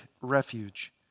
refuge